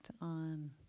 on